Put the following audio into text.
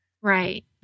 Right